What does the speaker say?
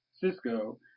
Cisco